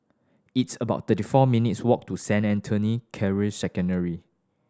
it's about thirty four minutes' walk to Saint Anthony Secondary